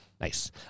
Nice